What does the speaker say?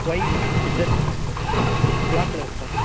Y Z black colour sir